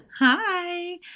Hi